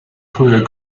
früher